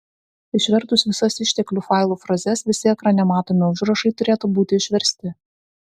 išvertus visas išteklių failų frazes visi ekrane matomi užrašai turėtų būti išversti